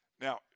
Now